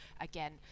again